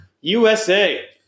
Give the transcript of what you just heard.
USA